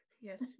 Yes